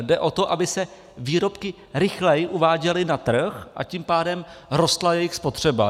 Jde o to, aby se výrobky rychleji uváděly na trh, a tím pádem rostla jejich spotřeba.